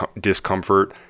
discomfort